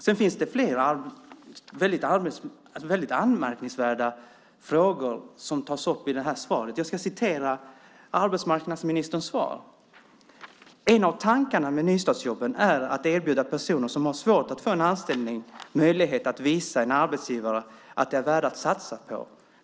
Det finns flera väldigt anmärkningsvärda saker i interpellationssvaret. Jag ska citera ur arbetsmarknadsministerns svar: "En av tankarna med nystartsjobben är att erbjuda personer som har svårt att få en anställning möjligheten att visa en arbetsgivare att de är värda att satsa på."